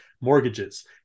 mortgages